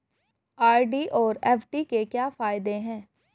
RD और FD के क्या फायदे हैं?